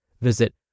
Visit